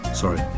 sorry